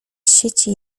sieci